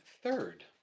third